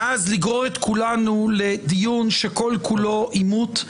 ואז לגרור את כולנו לדיון שכל כולו עימות.